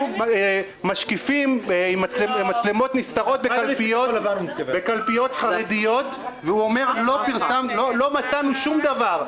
משקיפים עם מצלמות נסתרות בקלפיות חרדיות ולא מצאנו שום דבר.